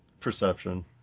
Perception